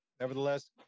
nevertheless